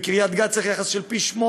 בקריית-גת צריך יחס של פי-שמונה.